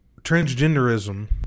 transgenderism